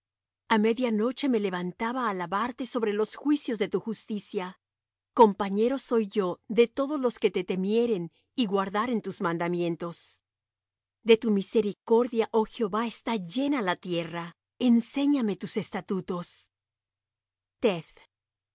a media noche me levantaba á alabarte sobre los juicios de tu justicia compañero soy yo de todos los que te temieren y guardaren tus mandamientos de tu misericordia oh jehová está llena la tierra enséñame tus estatutos